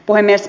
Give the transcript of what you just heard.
puhemies